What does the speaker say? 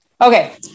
Okay